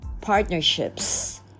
partnerships